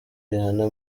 rihanna